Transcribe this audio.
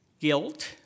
guilt